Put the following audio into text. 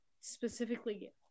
Specifically